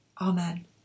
Amen